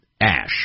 Ash